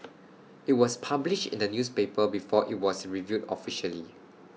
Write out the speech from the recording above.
IT was published in the newspaper before IT was revealed officially